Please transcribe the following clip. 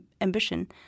ambition